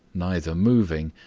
neither moving,